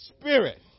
Spirit